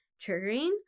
triggering